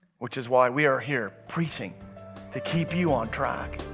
which is why we are here preaching to keep you on track,